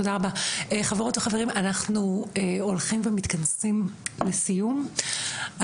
חברות וחברים אנחנו הולכים ומתכנסים לסיום,